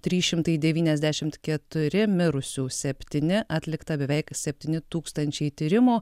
trys šimtai devyniasdešimt keturi mirusių septyni atlikta beveik septyni tūkstančiai tyrimų